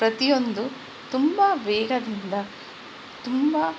ಪ್ರತಿಯೊಂದು ತುಂಬ ವೇಗದಿಂದ ತುಂಬ